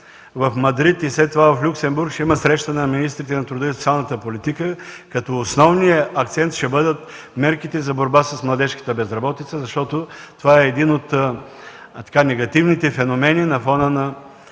в Мадрид, а след това и в Люксембург ще има среща на министрите на труда и социалната политика, като основния акцент ще бъдат мерките за борба с младежката безработица, защото това е един от негативните феномени на фона на